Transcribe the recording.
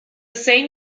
same